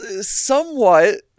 Somewhat